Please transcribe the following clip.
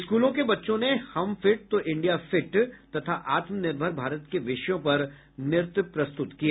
स्कूलों के बच्चों ने हम फिट तो इंडिया फिट तथा आत्मनिर्भर भारत के विषयों पर नृत्य प्रस्तुत किए